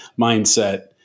mindset